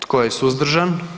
Tko je suzdržan?